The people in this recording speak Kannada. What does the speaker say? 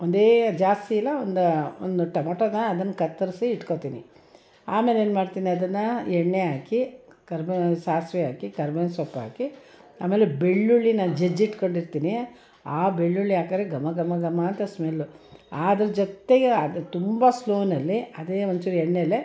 ಒಂದೇ ಜಾಸ್ತಿ ಇಲ್ಲ ಒಂದು ಒಂದು ಟೊಮೊಟೊನ ಅದನ್ನ ಕತ್ತರಿಸಿ ಇಟ್ಕೊಳ್ತೀನಿ ಆಮೇಲೆ ಏನು ಮಾಡ್ತೀನಿ ಅದನ್ನು ಎಣ್ಣೆ ಹಾಕಿ ಕರ್ಬೇವಿನ ಸಾಸಿವೆ ಹಾಕಿ ಕರ್ಬೇವಿನ ಸೊಪ್ಪು ಹಾಕಿ ಆಮೇಲೆ ಬೆಳ್ಳುಳ್ಳಿ ನಾನು ಜಜ್ಜಿಟ್ಕೊಂಡಿರ್ತೀನಿ ಆ ಬೆಳ್ಳುಳ್ಳಿ ಹಾಕಿದ್ರೆ ಘಮ ಘಮ ಘಮ ಅಂತ ಸ್ಮೆಲ್ಲು ಅದ್ರ ಜೊತೆಗೆ ಅದು ತುಂಬ ಸ್ಲೋನಲ್ಲಿ ಅದೇ ಒಂಚೂರು ಎಣ್ಣೆಯಲ್ಲೆ